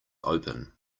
open